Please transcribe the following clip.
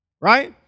right